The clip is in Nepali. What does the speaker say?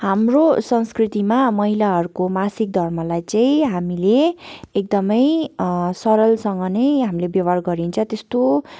हाम्रो संस्कृतिमा महिलाहरूको मासिक धर्मलाई चाहिँ हामीले एकदमै सरलसँग नै हामीले व्यवहार गरिन्छ त्यस्तो